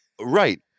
Right